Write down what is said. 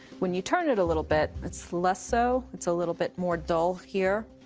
when you turn it a little bit, it's less so. it's a little bit more dull here.